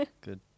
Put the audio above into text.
Good